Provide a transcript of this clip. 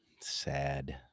sad